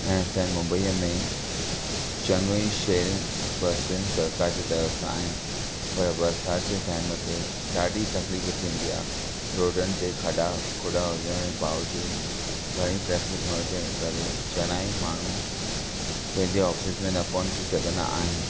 ऐं असांजे मुंबईअ में चङियूं ई शेअरिंग बसियुनि सरकार जी तर्फ़ सां आहिनि पर बरिसात जे टाइम ते ॾाढी तकलीफ़ थींदी आहे रोडनि ते खॾा खुडा हुजण जे बावजूद घणी ट्रैफिक हुजण करे चङा ई माणू पंहिंजे ऑफिस में न पहुची सघंदा आहिनि